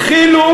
התחילו,